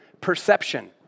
perception